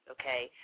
okay